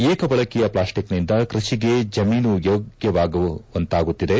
ಏಕ ಬಳಕೆಯ ಪ್ಲಾಸ್ಟಿಕ್ನಿಂದ ಕೃಷಿಗೆ ಜಮೀನು ಯೋಗ್ಲವಾಗದಂತಾಗುತ್ತಿದೆ